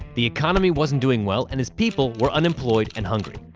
the economy wasn't doing well and his people were unemployed and hungry.